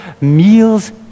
meals